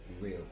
real